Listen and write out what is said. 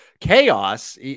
chaos